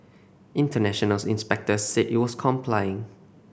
international inspectors said it was complying